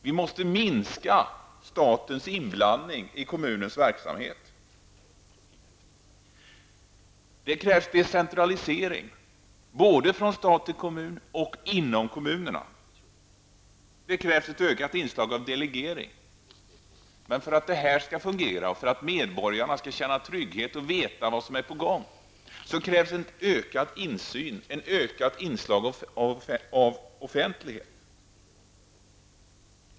Vi måste minska statens inblandning i kommunernas verksamhet. Det krävs decentralisering både från stat till kommun och inom kommunerna. Det krävs ett ökat inslag av delegering. Men för att detta skall fungera och för att medborgarna skall känna trygghet och veta vad som är på gång krävs en ökad insyn, ett ökat inslag av offentlighet.